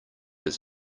his